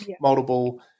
multiple